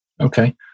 Okay